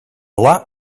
lot